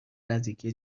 نزدیکی